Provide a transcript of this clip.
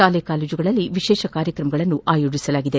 ಶಾಲಾ ಕಾಲೇಜುಗಳಲ್ಲಿ ವಿಶೇಷ ಕಾರ್ಯಕ್ರಮಗಳನ್ನು ಆಯೋಜಿಸಲಾಗಿದೆ